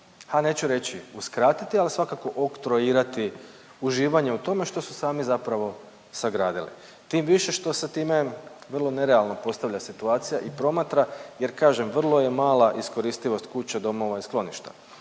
neću reći uskratiti, ali svakako oktroirati uživanje u tome što su sami zapravo sagradili. Tim više što se time vrlo nerealno postavlja situacija i promatra jer kažem vrlo je mala iskoristivost kuća, domova i skloništa.